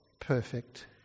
perfect